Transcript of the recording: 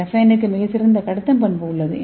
கிராபெனுக்கு மிகச் சிறந்த கடத்தும் பண்பு உள்ளது